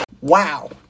Wow